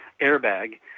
airbag